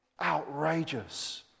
Outrageous